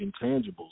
intangibles